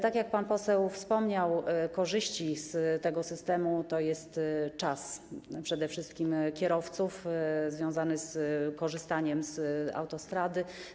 Tak jak pan poseł wspomniał, wśród korzyści z tego systemu jest czas, przede wszystkim czas kierowców związany z korzystaniem z autostrady.